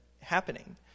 happening